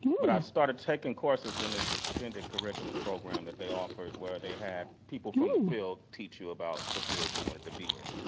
but i started taking courses in this extended curricula program that they offer it where they have people from the field teach you about the field you wanted to be in.